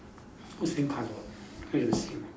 almost same colour I assume